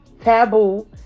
taboo